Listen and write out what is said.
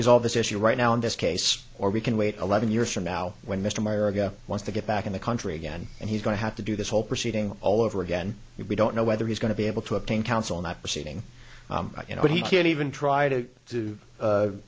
resolve this issue right now in this case or we can wait a lot of years from now when mr america wants to get back in the country again and he's going to have to do this whole proceeding all over again we don't know whether he's going to be able to obtain counsel not proceeding you know what he can even try to do